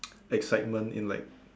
excitement in like